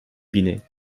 binet